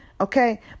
Okay